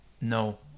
no